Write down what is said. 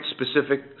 specific